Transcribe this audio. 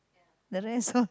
the rest of